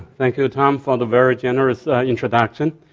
thank you tom for the very generous introduction.